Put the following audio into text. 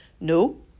No